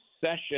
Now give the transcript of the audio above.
session